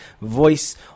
Voice